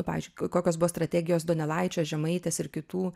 pavyzdžiui kokios buvo strategijos donelaičio žemaitės ir kitų